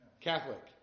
Catholic